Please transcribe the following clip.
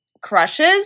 crushes